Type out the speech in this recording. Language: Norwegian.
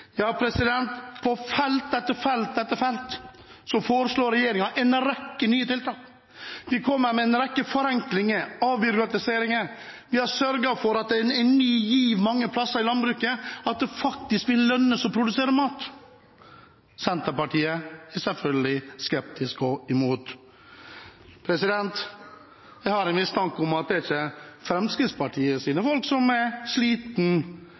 Ja, på felt etter felt etter felt foreslår regjeringen en rekke nye tiltak. Vi kommer med en rekke forenklinger og avbyråkratiseringer, vi har sørget for at det er en ny giv mange plasser i landbruket, at det faktisk vil lønne seg å produsere mat. Senterpartiet er selvfølgelig skeptisk og imot. Jeg har en mistanke om at det ikke er Fremskrittspartiets folk som er slitne, men Senterpartiets folk som er